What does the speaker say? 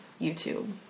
YouTube